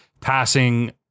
passing